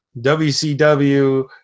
WCW